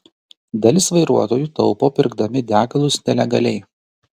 dalis vairuotojų taupo pirkdami degalus nelegaliai